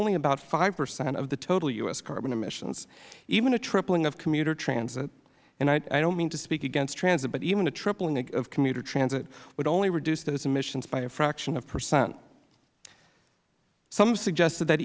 only about five percent of the total u s carbon emissions even a tripling of commuter transit and i don't mean to speak against transit but even a tripling of commuter transit would only reduce those emissions by a fraction of a percent some have suggested that